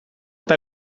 eta